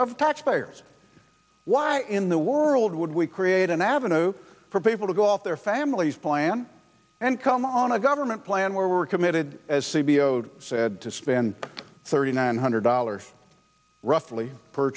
of taxpayers why in the world would we create an avenue for people to go off their families plan and come on a government plan where we're committed as c b o t said to spend thirty nine hundred dollars roughly per